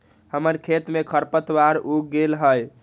हमर खेत में खरपतवार उग गेल हई